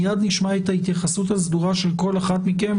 מיד נשמע את ההתייחסות הסדורה של כל אחת מכן,